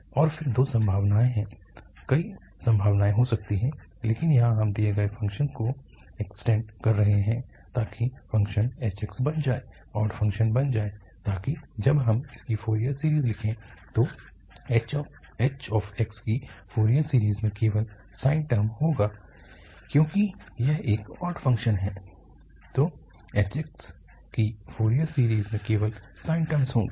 और फिर दो संभावनाएं हैं कई संभावनाएं हो सकती हैं लेकिन यहाँ हम दिए गए फ़ंक्शन को इक्स्टेन्ड कर रहे हैं ताकि फ़ंक्शन h बन जाए ऑड फ़ंक्शन बन जाए ताकि जब हम इसकी फोरियर सीरीज़ लिखें तो hx की फोरियर सीरीज़ में केवल साइन टर्म होगा क्योंकि यह एक ऑड फ़ंक्शन है तोकी hx की फोरियर सीरीज़ में केवल साइन टर्म होंगे